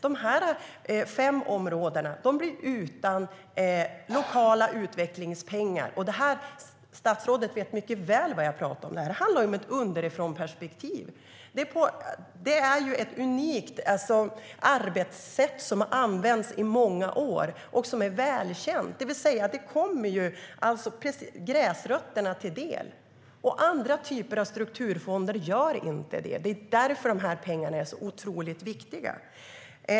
De här fem områdena blir utan lokala utvecklingspengar. Statsrådet vet mycket väl vad jag pratar om. Det handlar ju om ett underifrånperspektiv. Det är ett unikt arbetssätt som har använts i många år och som är välkänt. Det kommer alltså gräsrötterna till del. Andra typer av strukturfonder gör inte det. Det är därför de här pengarna är så otroligt viktiga.